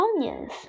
onions